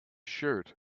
shirt